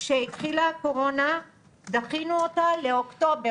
כשהתחילה הקורונה דחינו אותה לאוקטובר,